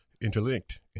Interlinked